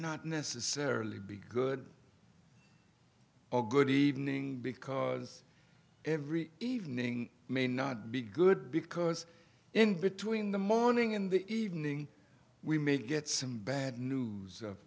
not necessarily be good or good evening because every evening may not be good because in between the morning in the evening we may get some bad news